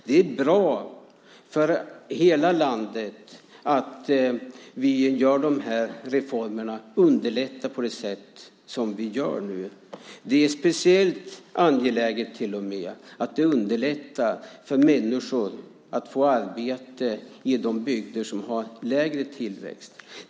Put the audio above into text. Det är bra för hela landet att vi genomför de här reformerna och underlättar på det sätt som vi gör nu. Det är speciellt angeläget att det underlättar för människor att få arbete i de bygder som har lägre tillväxt.